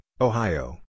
Ohio